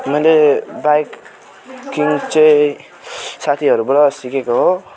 मैले बाइकिङ चाहिँ साथीहरूबाट सिकेको हो